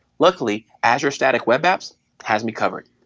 luckily, azure static web apps has me covered.